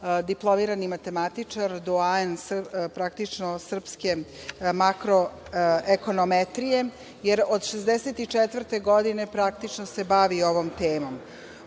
diplomirani matematičar, doajen praktično srpske makroekonometrije, jer od 1964. godine, praktično se bavi ovom temom. Od